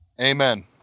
Amen